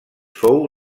fou